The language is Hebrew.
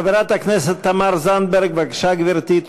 חברת הכנסת תמר זנדברג, בבקשה, גברתי.